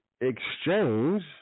exchange